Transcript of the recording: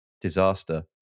disaster